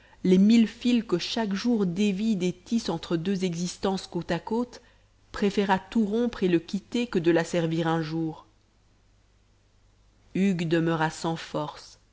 les mille fils que chaque jour dévide et tisse entre deux existences côte à côte préférât tout rompre et le quitter que de la servir un jour hugues demeura sans force